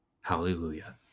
Hallelujah